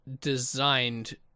designed